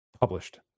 published